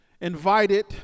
invited